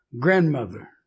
grandmother